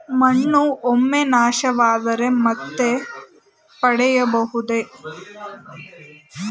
ಮಣ್ಣು ಒಮ್ಮೆ ನಾಶವಾದರೆ ಮತ್ತೆ ಪಡೆಯಬಹುದೇ?